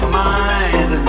mind